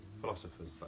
philosophers